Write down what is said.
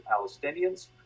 Palestinians